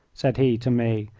said he to me,